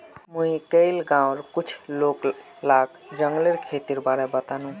मुई कइल गांउर कुछ लोग लाक जंगलेर खेतीर बारे बतानु